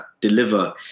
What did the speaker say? deliver